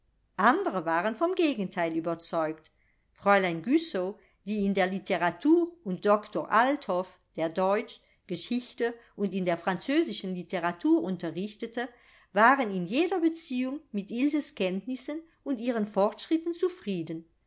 andre waren vom gegenteile überzeugt fräulein güssow die in der litteratur und doktor althoff der deutsch geschichte und in der französischen litteratur unterrichtete waren in jeder beziehung mit ilses kenntnissen und ihren fortschritten zufrieden